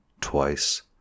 twice